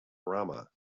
rama